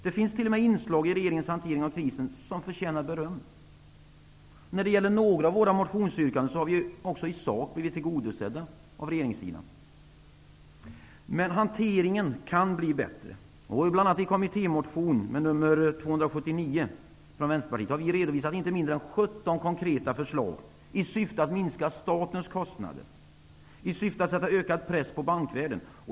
Det finns t.o.m. inslag i regeringens hantering av krisen som förtjänar beröm. När det gäller några av våra motionsyrkanden har vi också i sak blivit tillgodosedda av regeringssidan. Men hanteringen kan bli bättre. Bl.a. i kommittémotionen N279 från Vänsterpartiet har vi redovisat inte mindre än 17 konkreta förslag i syfte att minska statens kostnader och att sätta ökad press på bankvärlden.